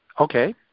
Okay